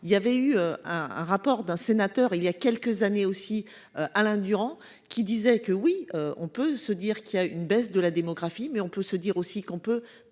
Il y avait eu un, un rapport d'un sénateur, il y a quelques années aussi Alain Durand qui disaient que oui on peut se dire qu'il y a eu une baisse de la démographie, mais on peut se dire aussi qu'on peut